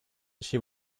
she